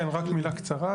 כן, רק מילה קצרה.